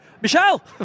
Michelle